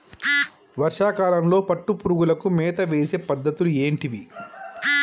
వర్షా కాలంలో పట్టు పురుగులకు మేత వేసే పద్ధతులు ఏంటివి?